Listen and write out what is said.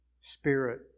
spirit